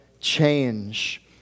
change